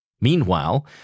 Meanwhile